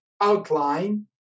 outline